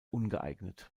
ungeeignet